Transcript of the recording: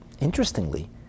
Interestingly